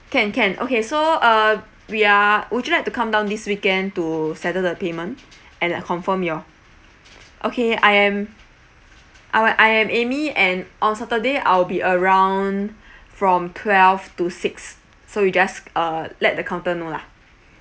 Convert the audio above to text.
can can okay so uh we are would you like to come down this weekend to settle the payment and uh confirm your okay I am I uh I am amy and on saturday I'll be around from twelve to six so you just uh let the counter know lah